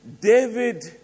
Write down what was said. David